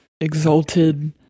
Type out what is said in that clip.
exalted